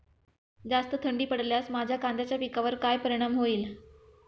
जास्त थंडी पडल्यास माझ्या कांद्याच्या पिकावर काय परिणाम होईल?